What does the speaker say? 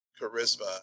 charisma